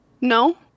No